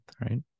right